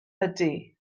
ydy